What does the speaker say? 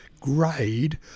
grade